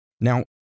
Now